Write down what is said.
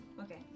Okay